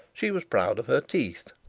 she was proud of her teeth,